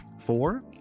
Four